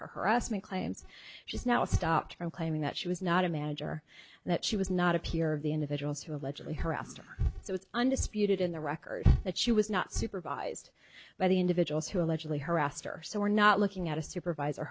harassment claims she's now is stopped from claiming that she was not a manager that she was not appear of the individuals who allegedly harassed her so it's undisputed in the record that she was not supervised by the individuals who allegedly harassed or so we're not looking at a supervisor